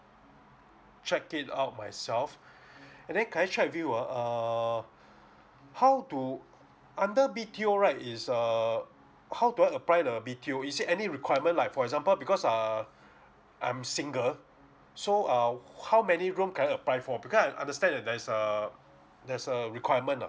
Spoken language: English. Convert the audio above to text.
check it out myself and then can I check with you ah err how do under B_T_O right is uh how do I apply the B_T_O is there any requirement like for example because err I'm single so uh how many room can I apply for because I understand that there is a there's a requirement ah